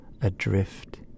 adrift